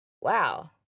wow